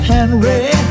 Henry